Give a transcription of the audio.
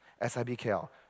S-I-B-K-L